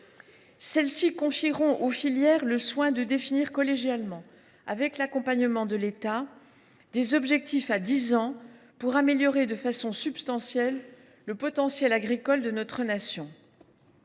Celles ci confieront aux filières le soin de définir collégialement, avec l’accompagnement de l’État, des objectifs à dix ans pour améliorer de façon substantielle le potentiel agricole de notre nation.